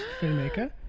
filmmaker